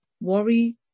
worry